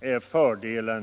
är en fördel.